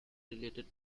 related